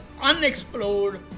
unexplored